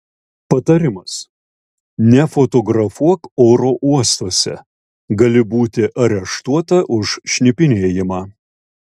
patarimas nefotografuok oro uostuose gali būti areštuota už šnipinėjimą